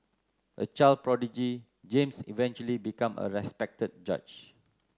a child prodigy James eventually become a respected judge